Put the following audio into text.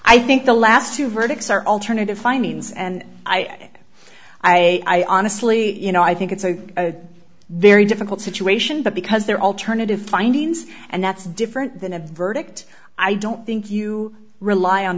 i think the last two verdicts are alternative findings and i i honestly you know i think it's a very difficult situation but because there are alternative findings and that's different than a verdict i don't think you rely on